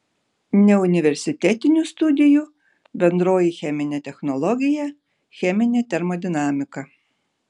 neuniversitetinių studijų bendroji cheminė technologija cheminė termodinamika